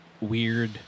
weird